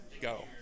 Go